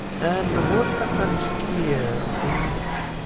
and what happens here is,